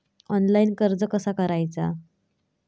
Online कर्ज कसा करायचा?